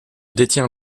détient